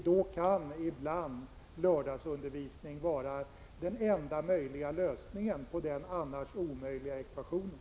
Då kan ibland lördagsundervisning vara den enda möjliga lösningen på den annars omöjliga ekvationen.